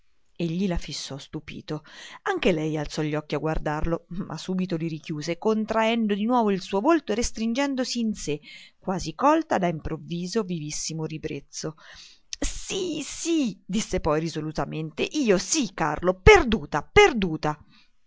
sola egli la fissò stupito anche lei alzò gli occhi a guardarlo ma subito li richiuse contraendo di nuovo il volto e restringendosi in sé quasi colta da improvviso vivissimo ribrezzo sì sì disse poi risolutamente io sì carlo perduta perduta